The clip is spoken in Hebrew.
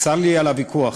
צר לי על הוויכוח.